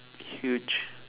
huge